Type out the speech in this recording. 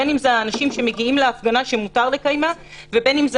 בין אם זה אנשים שמגיעים להפגנה שמותר לקיימה ובין אם זה